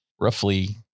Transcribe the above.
roughly